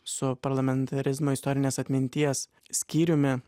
su parlamentarizmo istorinės atminties skyriumi